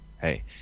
hey